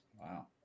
Wow